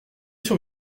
sur